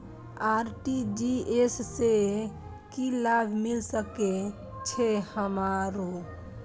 RTGS से की लाभ मिल सके छे हमरो?